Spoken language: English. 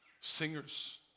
singers